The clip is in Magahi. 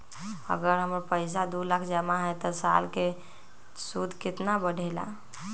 अगर हमर पैसा दो लाख जमा है त साल के सूद केतना बढेला?